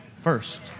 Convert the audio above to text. first